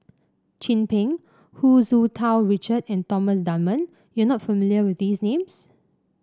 Chin Peng Hu Tsu Tau Richard and Thomas Dunman you are not familiar with these names